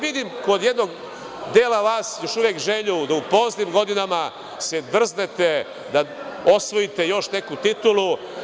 Vidim kod jednog dela vas još uvek želju da u poznim godinama se drznete da osvojite još neku titulu.